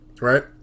right